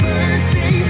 Mercy